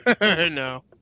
No